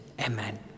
amen